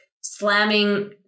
slamming